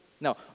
no